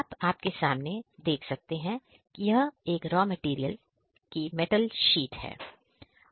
आप आपके सामने देख सकते हैं कि यह एक रॉ मेटल शीट है